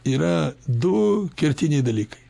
yra du kertiniai dalykai